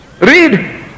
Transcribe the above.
read